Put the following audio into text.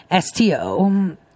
STO